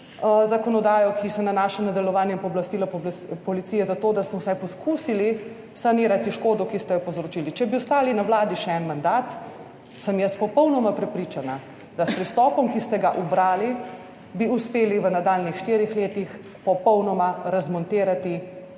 zakonodajo, ki se nanaša na delovanje in pooblastila policije zato, da smo vsaj poskusili sanirati škodo, ki ste jo povzročili. Če bi ostali na vladi še en mandat, sem jaz popolnoma prepričana, da s pristopom, ki ste ga ubrali, bi uspeli v nadaljnjih štirih letih popolnoma razmontirati